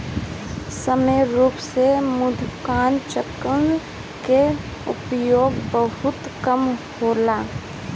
सामान्य रूप से मृदुकवचनाशक के उपयोग बहुते कम होला